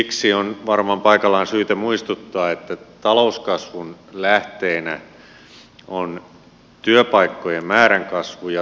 siksi on varmaan syytä muistuttaa että talouskasvun lähteenä on työpaikkojen määrän kasvu ja tuottavuuden kasvu